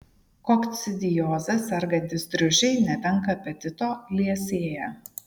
kokcidioze sergantys triušiai netenka apetito liesėja